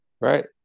Right